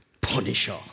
punisher